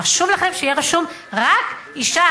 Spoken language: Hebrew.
חשוב לכם שיהיה רשום רק שאשה,